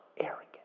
arrogant